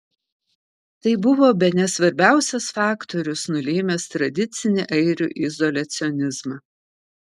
tai buvo bene svarbiausias faktorius nulėmęs tradicinį airių izoliacionizmą